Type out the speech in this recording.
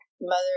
Mother